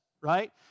right